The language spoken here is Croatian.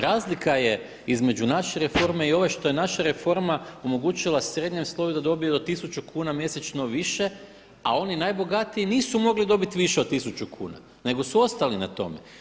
Razlika je između naše reforme i ove što je naša reforma omogućila srednjem sloju da dobije do 1000 kuna mjesečno više a oni najbogatiji nisu mogli dobiti više od 1000 kuna nego su ostali na tome.